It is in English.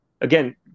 again